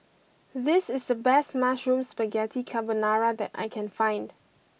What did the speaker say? this is the best Mushroom Spaghetti Carbonara that I can find